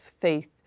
faith